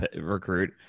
recruit